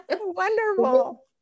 wonderful